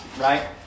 right